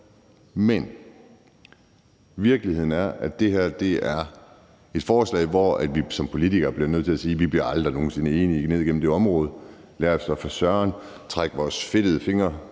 Men virkeligheden er, at det her er et forslag, hvor vi som politikere bliver nødt til at sige, at vi aldrig nogen sinde bliver enige om noget ned gennem det område. Lad os da for søren trække vores fedtede fingre